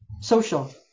social